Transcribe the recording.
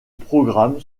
programme